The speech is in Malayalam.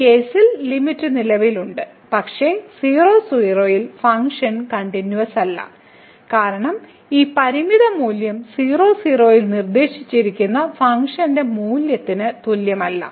ഈ കേസിൽ ലിമിറ്റ് നിലവിലുണ്ട് പക്ഷേ 00 ൽ ഫംഗ്ഷൻ കണ്ടിന്യൂവസല്ല കാരണം ഈ പരിമിത മൂല്യം 00 ൽ നിർദ്ദേശിച്ചിരിക്കുന്ന ഫംഗ്ഷൻ മൂല്യത്തിന് തുല്യമല്ല